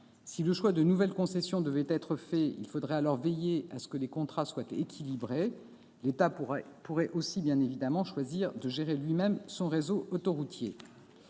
Si le choix de nouvelles concessions doit être fait, il faudra alors veiller à ce que les contrats soient équilibrés. L'État pourrait aussi bien évidemment choisir de gérer lui-même son réseau autoroutier.